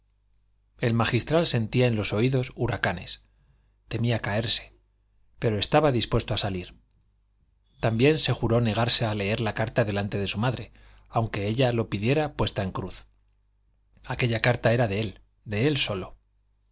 el magistral sentía en los oídos huracanes temía caerse pero estaba dispuesto a salir también se juró negarse a leer la carta delante de su madre aunque ella lo pidiera puesta en cruz aquella carta era de él de él solo